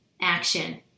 action